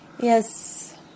Yes